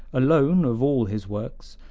alone of all his works,